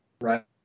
right